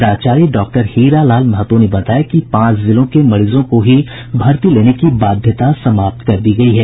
प्राचार्य डॉक्टर हीरा लाल महतो ने बताया कि पांच जिलों के मरीजों की ही भर्ती लेने की बाध्यता समाप्त कर दी गयी है